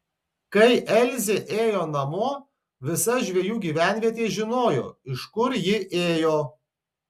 kai elzė ėjo namo visa žvejų gyvenvietė žinojo iš kur ji ėjo